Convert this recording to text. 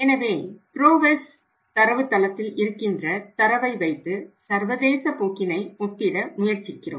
எனவே ப்ரோவெஸ் தரவுத்தளத்தில் இருக்கின்ற தரவை வைத்து சர்வதேச போக்கினை ஒப்பிட முயற்சிக்கிறோம்